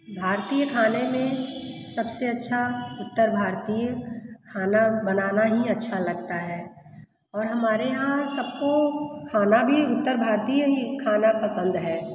भारतीय खाने में सब से अच्छा उत्तर भारतीय खाना बनाना ही अच्छा लगता है और हमारे यहाँ सब को खाना भी उत्तर भारतीय खाना पसंद है